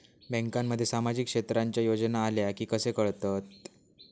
बँकांमध्ये सामाजिक क्षेत्रांच्या योजना आल्या की कसे कळतत?